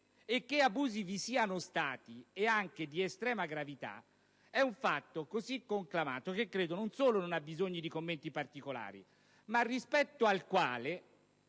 E che abusi vi siano stati, e anche di estrema gravità, è un fatto così conclamato che non solo credo non abbisogni di commenti particolari, ma rispetto al quale